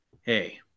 hey